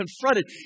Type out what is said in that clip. confronted